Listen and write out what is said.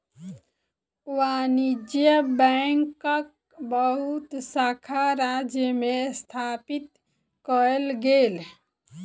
वाणिज्य बैंकक बहुत शाखा राज्य में स्थापित कएल गेल